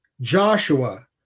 Joshua